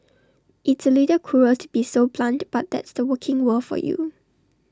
it's A little cruel to be so blunt but that's the working world for you